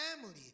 family